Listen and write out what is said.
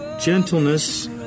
gentleness